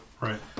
Right